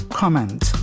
comment